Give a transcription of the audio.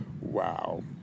Wow